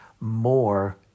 more